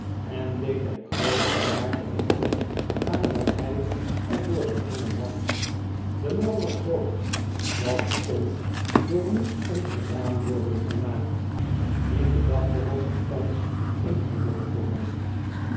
en deed hem grootere waarde hechten aan wat hij er door gewonnen had de man was dood dat kon door niets ongedaan worden gemaakt die gedachte was althans een triomf voor hem